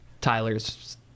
Tyler's